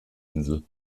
insel